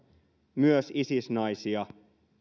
myös isis naisia